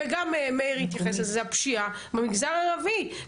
וגם מאיר התייחס לזה - זו הפשיעה במגזר הערבי.